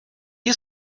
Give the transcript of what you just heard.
you